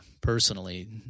personally